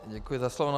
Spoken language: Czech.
Děkuji za slovo.